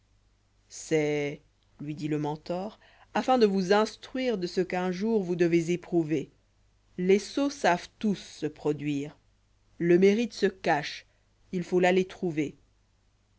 c'est lui ditle'mentor afin de vous instruire de ce qu'un jour vous devez éprouver lés sots savent tous se produire j lié mérite se cache il faut l'aller trouver